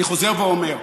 אני חוזר ואומר.